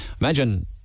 imagine